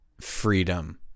freedom